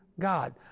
god